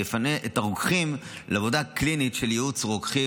ויפנה את הרוקחים לעבודה קלינית של ייעוץ רוקחי,